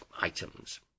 items